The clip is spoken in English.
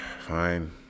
Fine